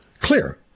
clear